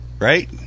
Right